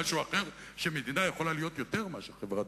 150 מיליארד שקלים חובות.